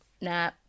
nah